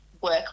work